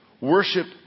worship